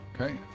Okay